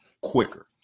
quicker